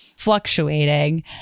fluctuating